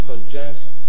suggests